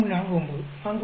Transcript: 49 4